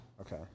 Okay